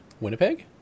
Winnipeg